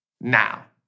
now